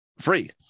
free